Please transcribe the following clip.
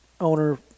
owner